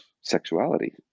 sexuality